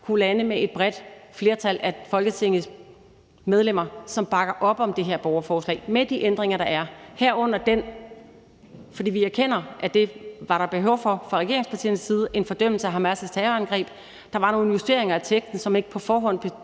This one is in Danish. kunne ende med, at et bredt flertal af Folketingets medlemmer bakkede op om det her borgerforslag med de ændringer, der er, herunder den fordømmelse, som vi erkender at der var behov for fra regeringens side, af Hamas terrorangreb. Der var nogle justeringer af teksten, så man ikke på forhånd